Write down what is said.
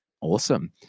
Awesome